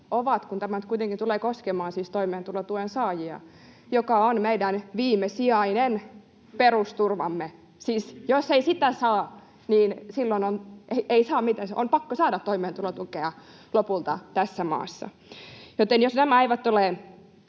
ovat, kun tämä nyt kuitenkin tulee koskemaan siis toimeentulotuen saajia ja se on meidän viimesijainen perusturvamme. Siis jos ei sitä saa, niin silloin ei saa mitään, on lopulta pakko saada toimeentulotukea tässä maassa, joten jos nämä eivät ole